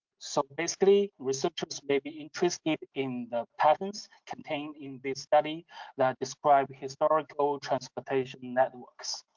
so basically researchers may be interested in patterns contained in this study that describe historic old transportation networks.